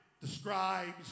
describes